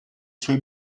suoi